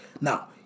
Now